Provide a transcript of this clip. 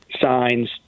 signs